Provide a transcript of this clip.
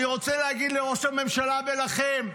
אני רוצה להגיד לראש הממשלה ולכם: